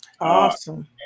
Awesome